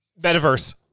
metaverse